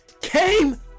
came